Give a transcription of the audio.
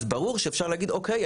אז ברור שאפשר להגיד אוקיי,